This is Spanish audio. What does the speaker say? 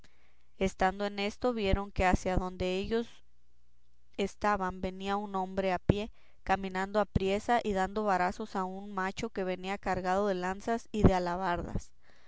estando en esto vieron que hacia donde ellos estaban venía un hombre a pie caminando apriesa y dando varazos a un macho que venía cargado de lanzas y de alabardas